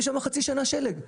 יש שם חצי שנה שלג.